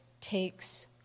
takes